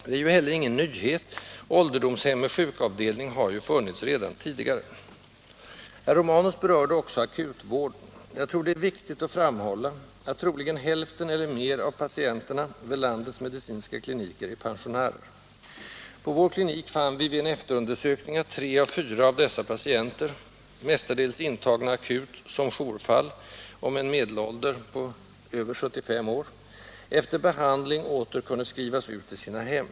Det är heller ingen nyhet; ålderdomshem med sjukavdelning har ju funnits redan tidigare. Herr Romanus berörde också akutvården. Jag tror det är viktigt att framhålla att troligen hälften eller fler av patienterna vid landets medicinska kliniker är pensionärer. På vår klinik fann vi vid en efterundersökning att tre av fyra av dessa patienter — mestadels intagna akut, som jourfall, och med en medelålder på över 75 år — efter behandling åter kunde skrivas ut till sina hem.